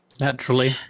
Naturally